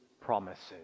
promises